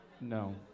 No